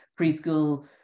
preschool